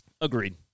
Agreed